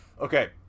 Okay